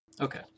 Okay